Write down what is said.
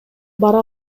бара